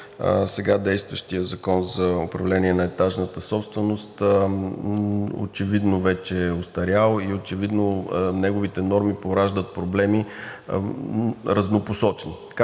сега действащия Закон за управление на етажната собственост очевидно вече е остарял и очевидно неговите норми пораждат разнопосочни